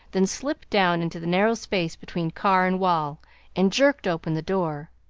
then slipped down into the narrow space between car and wall and jerked open the door.